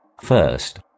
First